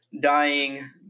dying